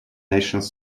national